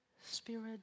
spirit